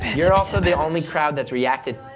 you're also the only crowd that's reacted.